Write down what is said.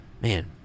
man